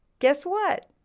guess what?